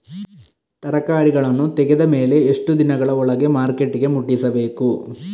ತರಕಾರಿಗಳನ್ನು ತೆಗೆದ ಮೇಲೆ ಎಷ್ಟು ದಿನಗಳ ಒಳಗೆ ಮಾರ್ಕೆಟಿಗೆ ಮುಟ್ಟಿಸಬೇಕು?